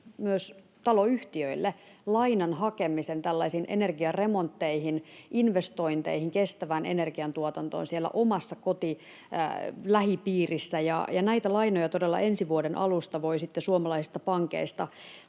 myös taloyhtiöille lainan hakemisen tällaisiin energiaremontteihin, investointeihin kestävään energiantuotantoon siellä omassa koti‑ ja lähipiirissä, ja näitä lainoja todella ensi vuoden alusta voi sitten suomalaisista pankeista